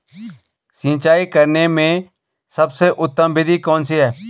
सिंचाई करने में सबसे उत्तम विधि कौन सी है?